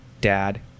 dad